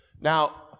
Now